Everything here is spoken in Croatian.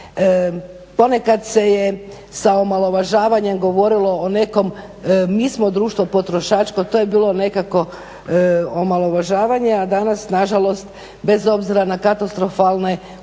Ponekad se je sa omalovažavanjem govorilo o nekom mi smo društvo potrošačko, to je bilo nekako omalovažavanje a danas nažalost bez obzira na katastrofalne uvjete